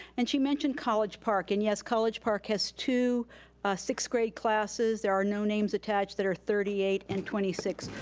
and she mentioned college park. and yes, college park has two sixth-grade classes, there are no names attached, that are thirty eight and twenty six.